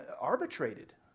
arbitrated